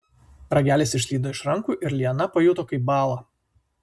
ragelis išslydo iš rankų ir liana pajuto kaip bąla